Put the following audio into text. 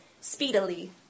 speedily